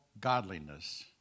godliness